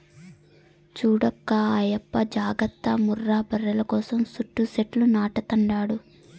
చూడక్కా ఆయప్ప జాగర్త ముర్రా బర్రెల కోసం సుట్టూ సెట్లు నాటతండాడు